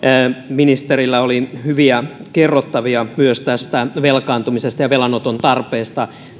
ministerillä oli hyviä kerrottavia myös tästä velkaantumisesta ja velanoton tarpeesta